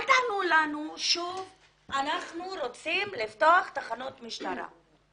אל תענו לנו שוב שאתם רוצים לפתוח תחנות משטרה.